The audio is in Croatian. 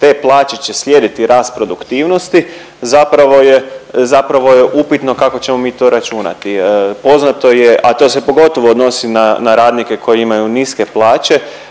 te plaće će slijediti rast produktivnosti zapravo je, zapravo je upitno kako ćemo mi to računati. Poznato je, a to se pogotovo odnosi na radnike koji imaju niske plaće